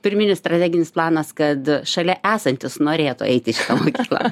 pirminis strateginis planas kad šalia esantys norėtų eiti į šitą mokyklą